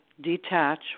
detach